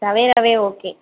தவேராவே okay